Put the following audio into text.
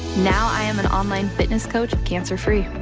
now, i am an online fitness coach, cancer free.